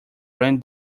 ran